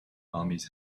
armies